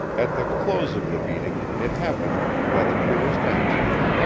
at the close of the meeting it happened, by the purest accident,